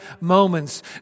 moments